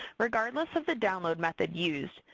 regardless of the download method used,